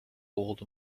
old